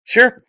Sure